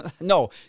No